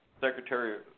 Secretary